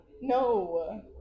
No